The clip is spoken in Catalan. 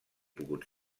pogut